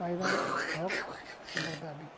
ପାଇବା ହକ୍ ଆମର ଦାବି